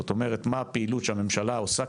כלומר מהי הפעילות שהממשלה עושה,